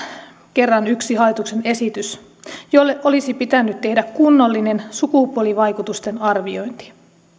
kerran yksi hallituksen esitys jolle olisi pitänyt tehdä kunnollinen sukupuolivaikutusten arviointi